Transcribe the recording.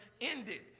ended